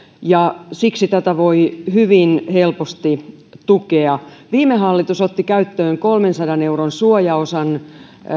ja siksi tätä voi hyvin helposti tukea viime hallitus otti käyttöön kolmensadan euron suojaosan